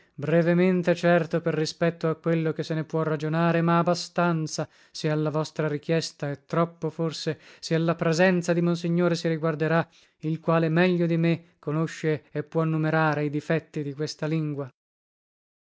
brevemente certo per rispetto a quello che se ne può ragionare ma a bastanza se alla vostra richiesta e troppo forse se alla presenza di monsignore si riguarderà il quale meglio di me conosce e può numerare i difetti di questa lingua